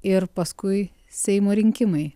ir paskui seimo rinkimai